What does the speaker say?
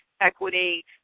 equity